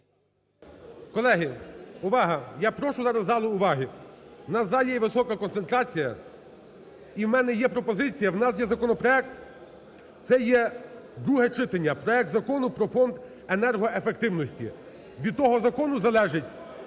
Колеги, увага, я прошу зараз в залу уваги. У нас в залі є висока концентрація, і в мене є пропозиція, у нас є законопроект, це є друге читання, проект Закону про Фонд енергоефективності. Від того закону залежить,